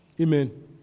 Amen